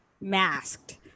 masked